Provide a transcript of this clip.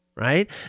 right